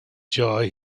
joy